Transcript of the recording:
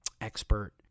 expert